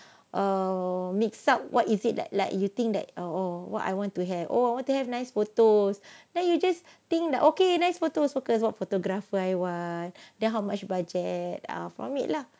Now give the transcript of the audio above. err mix up what is it like like you think that oh what I want to have oh I want to have nice photos then you just think that okay nice photos focus what photograph I want then how much budget are from it lah